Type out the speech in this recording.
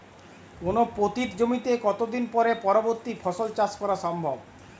কোনো পতিত জমিতে কত দিন পরে পরবর্তী ফসল চাষ করা সম্ভব?